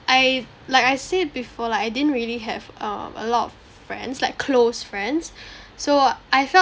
I like I said before like I didn't really have uh a lot of friends like close friends so I felt